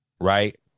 Right